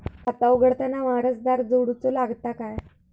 खाता उघडताना वारसदार जोडूचो लागता काय?